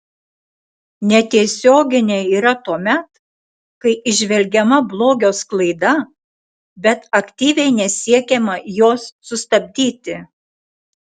netiesioginė yra tuomet kai įžvelgiama blogio sklaida bet aktyviai nesiekiama jos sustabdyti